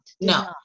no